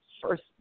First